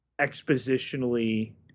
expositionally